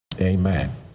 Amen